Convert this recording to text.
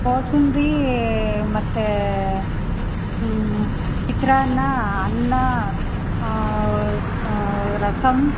ಕೋಸಂಬ್ರಿ ಮತ್ತೆ ಹ್ಞೂ ಚಿತ್ರಾನ್ನ ಅನ್ನ ರಸಮ್